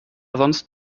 sonst